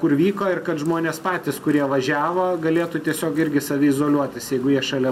kur vyko ir kad žmonės patys kurie važiavo galėtų tiesiog irgi saviizoliuotis jeigu jie šalia